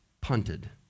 punted